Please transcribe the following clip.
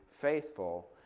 faithful